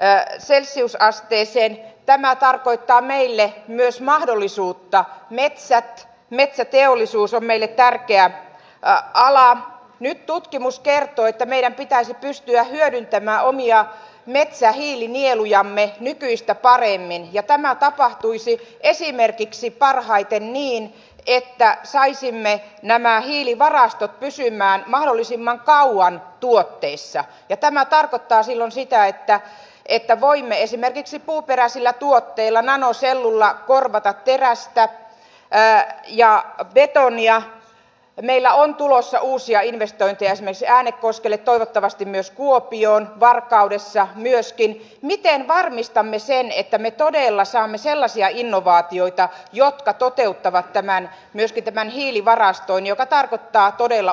äänestäisi useat esiin tämä tarkoittaa meille myös mahdollisuutta mielissä metsäteollisuus on ollut hyvin hämmästyttävää siinä mielessä että meidän pitää pystyä hyödyntämään omia yleinen tahtotila sosiaali ja tämä tapahtuisi esimerkiksi parhaiten niin että saisimme nämä hiilivarastot pysymään mahdollisimman kauan terveyspalveluissa ja terveyshuollossa on yleensä se että voimme esimerkiksi puuperäisillä tuotteilla nanosellulla korvata pyritään parantamaan ensisijaisia etuuksia ja toimeentulotuki on tulossa uusia investointeja sinisiä äänekoskelle toivottavasti myös kuopioon varkaudessa mieskin miten varmistamme sen että me todella saamme sellaisia innovaatioita jotka toteuttavatttämään viestittävän hiilivarasto joka aina viimesijainen